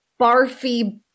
barfy